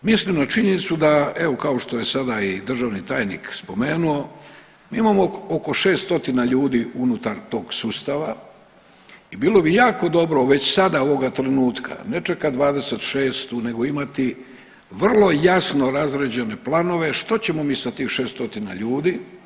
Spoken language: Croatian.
Ovdje mislim na činjenicu da, evo kao što je sada i državni tajnik spomenuo, mi imamo oko 600 ljudi unutar tog sustava i bilo bi jako dobro već sada ovoga trenutka, ne čekati '26. nego imati vrlo jasno razrađene planove što ćemo mi sa tih 600 ljudi.